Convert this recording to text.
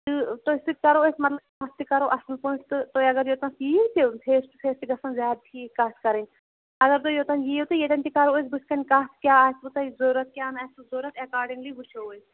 تہٕ تۄہہِ سۭتۍ کَرو أسۍ مطلب اَتھ تہِ کَرو اَصل پٲٹھۍ تہٕ تُہۍ اگر یوٚتنَس یِیوتہِ فیس ٹُو فیس چھِ گَژھان زیادٕ ٹھیٖک کَتھ کَرٕنۍ اگر تُہۍ یوٚتَن یِیو تہٕ ییٚتٮ۪ن تہِ کَرو أسۍ بٕتھہِ کَنہِ کَتھ کیاہ آسوٕ تۄہہِ ضوٚرَتھ کیاہ نہٕ آسوٕ ضوٚرتھ ایکاڈنگلی وٕچھو أسۍ